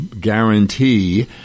guarantee